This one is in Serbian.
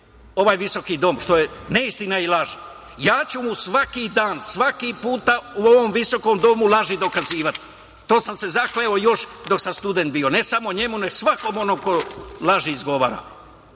ovaj Visoki dom, što je neistina i laž. Svaki dan, svaki puta u ovom Visokom domu laži ću dokazivati. To sam se zakleo još dok sam student bio, ne samo njemu, nego svakom onom ko laži izgovara.